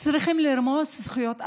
אנחנו צריכים לרמוס זכויות אדם?